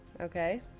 okay